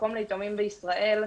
המקום ליתומים בישראל,